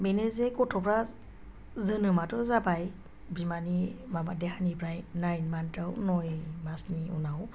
बेनो जे गथ'फ्रा जोनोमाथ' जाबाय बिमानि माबा देहानिफ्राय नाइन मान्थआव नय मासनि उनाव